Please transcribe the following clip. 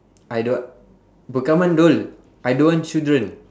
I don't w~ bukan mandul I don't want children